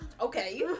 Okay